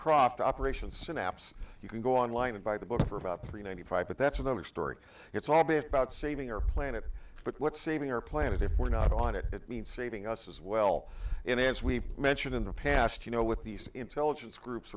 croft operation sin apps you can go online and buy the book for about three ninety five but that's another story it's all been about saving your planet but what's saving our planet if we're not on it it means saving us as well and as we've mentioned in the past you know with these intelligence groups